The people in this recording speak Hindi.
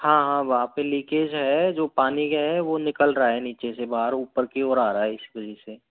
हाँ हाँ वहाँ पे लीकेज है जो पानी क्या है वो निकल रहा है नीचे से बाहर ऊपर कि ओर आ रहा है इस वजह से